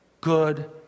good